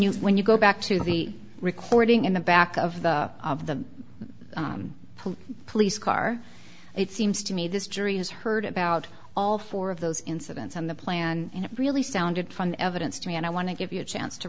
you when you go back to the recording in the back of the of the police police car it seems to me this jury has heard about all four of those incidents on the plan and it really sounded from the evidence to me and i want to give you a chance to